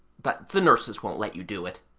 but the nurses won't let you do it.